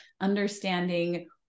understanding